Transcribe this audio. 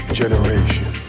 generation